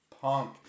Punk